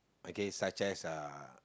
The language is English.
okay such as uh